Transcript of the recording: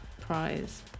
prize